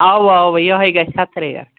اَوا اَوا یِہوٚے گژھِ اَتھ ریٹ